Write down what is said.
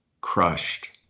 crushed